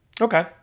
Okay